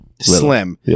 slim